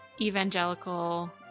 evangelical